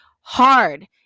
hard